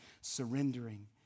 surrendering